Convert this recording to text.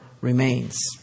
remains